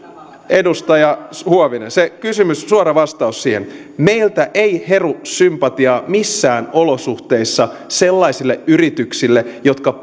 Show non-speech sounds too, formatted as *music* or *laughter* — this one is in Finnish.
edustaja huovinen suora vastaus kysymykseenne meiltä ei heru sympatiaa missään olosuhteissa sellaisille yrityksille jotka *unintelligible*